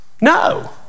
No